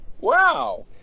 Wow